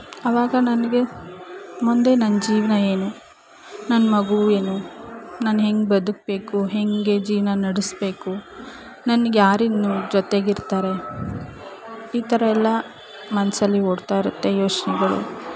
ಅವಾಗ ನನಗೆ ಮುಂದೆ ನನ್ನ ಜೀವನ ಏನು ನನ್ನ ಮಗು ಏನು ನಾನು ಹೇಗ್ ಬದುಕಬೇಕು ಹೇಗೆ ಜೀವನ ನಡೆಸ್ಬೇಕು ನನ್ಗೆ ಯಾರಿನ್ನು ಜೊತೆಗಿರ್ತಾರೆ ಈ ಥರ ಎಲ್ಲ ಮನಸ್ಸಲ್ಲಿ ಓಡ್ತಾಯಿರುತ್ತೆ ಯೋಚನೆಗಳು